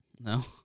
No